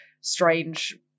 strange